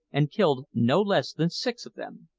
and killed no less than six of them.